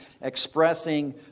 expressing